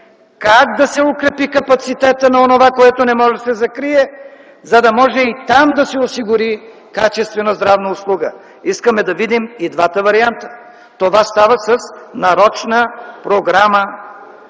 как да се укрепи капацитетът на онова, което не може да се закрие, за да може и там да се осигури качествена здравна услуга. Искаме да видим и двата варианта. Това става с нарочна програма.